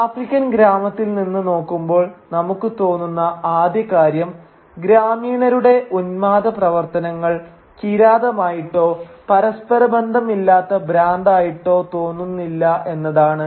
African ഗ്രാമത്തിൽ നിന്ന് നോക്കുമ്പോൾ നമുക്ക് തോന്നുന്ന ആദ്യ കാര്യം ഗ്രാമീണരുടെ ഉൻമാദ പ്രവർത്തനങ്ങൾ കിരാതമായിട്ടോ പരസ്പരബന്ധമില്ലാത്ത ഭ്രാന്തായിട്ടോ തോന്നുന്നില്ല എന്നതാണ്